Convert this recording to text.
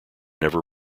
never